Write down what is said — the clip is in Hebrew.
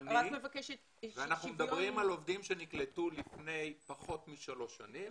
זמני ואנחנו מדברים על עובדים שנקלטו לפני פחות משלוש שנים